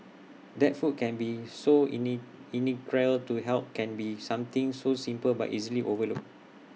that food can be so IT neat integral to health can be something so simple but easily overlooked